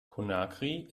conakry